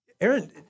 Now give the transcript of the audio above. Aaron